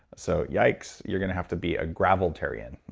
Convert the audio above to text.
so yikes, you're going to have to be a graveltarian,